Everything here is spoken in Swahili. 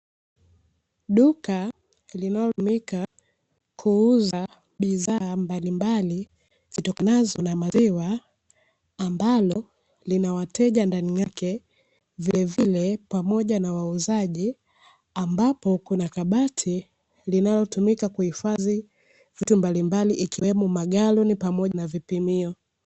Duka linalotumika kuuza bidhaa mbalimbali zitokanazo na maziwa, ambalo linawateja ndani yake vilevile pamoja na wauzaji. Ambapo kuna kabati linalotumika kuhifadhi vitu mbalimbali ikiwemo magaloni pamoja na vipimio.